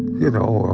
you know,